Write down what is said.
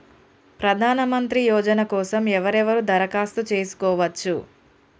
ప్రధానమంత్రి యోజన కోసం ఎవరెవరు దరఖాస్తు చేసుకోవచ్చు?